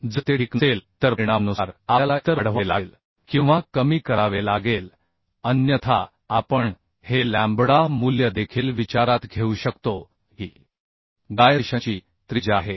जर ते ठीक नसेल तर परिणामांनुसार आपल्याला एकतर वाढवावे लागेल किंवा कमी करावे लागेल अन्यथा आपण हे लॅम्बडा मूल्य देखील विचारात घेऊ शकतो की गायरेशनची त्रिज्या आहे